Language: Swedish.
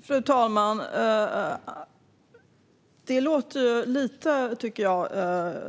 Frågor om psykisk ohälsa Fru talman! Jag tycker att det låter lite